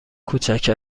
کوچک